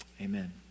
Amen